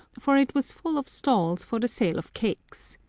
for it was full of stalls for the sale of cakes.